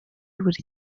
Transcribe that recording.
buri